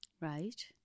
Right